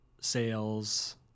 sales